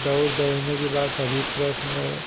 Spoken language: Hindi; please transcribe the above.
दौड़ दौड़ने के बाद सभी प्रश्न